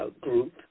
group